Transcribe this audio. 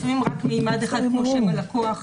לפעמים רק מימד אחד כמו שם הלקוח.